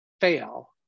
fail